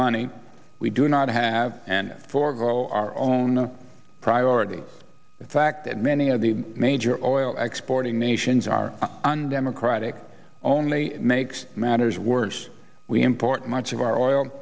money we do not have and forgo our own priorities the fact that many of the major or oil export nations are undemocratic only makes matters worse we import much of our oil